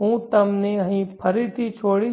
હું તમને અહીં ફરીથી છોડીશ